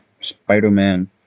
Spider-Man